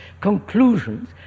conclusions